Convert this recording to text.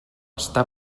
està